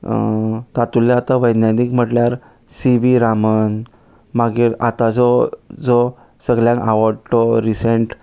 तातुंतल्या आतां वैज्ञानीक म्हणल्यार सी वी रामन मागीर आतांचो जो सगळ्यांत आवडटो रिसेंट